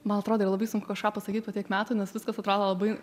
man atrodo yra labai sunku kažką pasakyt po tiek metų nes viskas atrodo labai